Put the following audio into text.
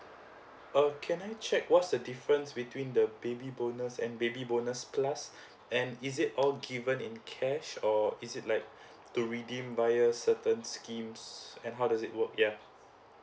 oh can I check what's the difference between the baby bonus and baby bonus plus and is it all given in cash or is it like to redeem via certain schemes and then how does it work yeah